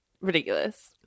ridiculous